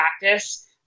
practice